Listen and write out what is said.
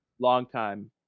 long-time